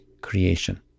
creation